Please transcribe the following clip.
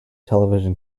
television